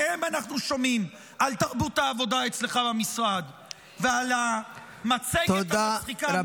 מהם אנחנו שומעים על תרבות העבודה אצלך במשרד -- תודה רבה.